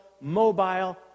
mobile